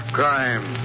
crime